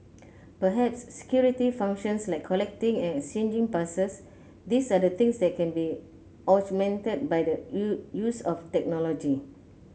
perhaps security functions like collecting and exchanging passes these are things that can be augmented by the you use of technology